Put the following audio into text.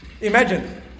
Imagine